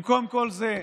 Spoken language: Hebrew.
במקום כל זה,